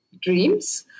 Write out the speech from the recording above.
dreams